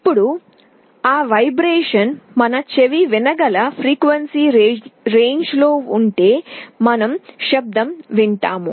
ఇప్పుడు ఆ కంపనం మన చెవి వినగల ఫ్రీక్వెన్సీ పరిధిలో ఉంటే మనం శబ్దం వింటాము